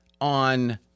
on